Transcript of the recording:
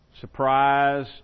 surprise